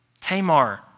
Tamar